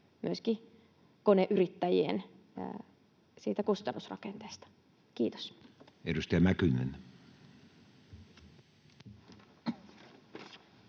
myöskin koneyrittäjien kustannusrakenteesta? — Kiitos. [Speech